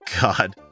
God